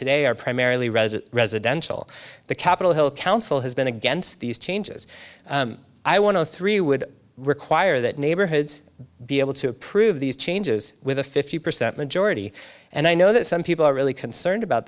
today are primarily resit residential the capitol hill council has been against these changes i want to three would require that neighborhoods be able to approve these changes with a fifty percent majority and i know that some people are really concerned about